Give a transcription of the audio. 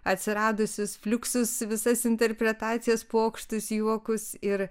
atsiradusius fluxus visas interpretacijas pokštus juokus ir